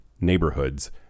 neighborhoods